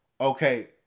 okay